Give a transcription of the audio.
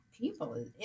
people